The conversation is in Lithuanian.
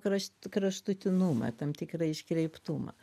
krašt kraštutinumą tam tikrą iškreiptumą